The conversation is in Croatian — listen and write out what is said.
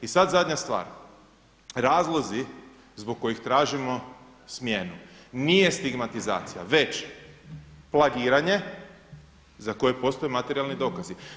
I sada zadnja stvar, razlozi zbog kojih tražimo smjenu nije stigmatizacija, već plagiranje za koje postoje materijalni dokazi.